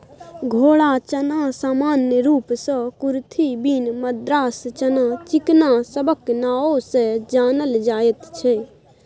घोड़ा चना सामान्य रूप सँ कुरथी, बीन, मद्रास चना, चिकना सबक नाओ सँ जानल जाइत छै